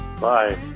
Bye